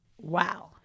wow